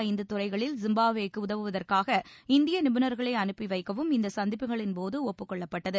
ஐந்து துறைகளில் ஜிம்பாப்வேக்கு உதவுவதற்காக இந்திய நிபுணர்களை அனுப்பி வைக்கவும் இந்த சந்திப்புகளின் போது ஒப்புக் கொள்ளப்பட்டது